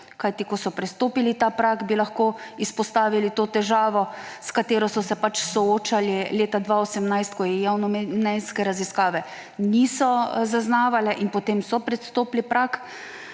Kajti ko so prestopili ta prag, bi lahko izpostavili to težavo, s katero so se pač soočali leta 2018, ko jih javnomnenjske raziskave niso zaznavale in so potem prestopili prag,